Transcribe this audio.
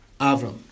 Avram